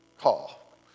call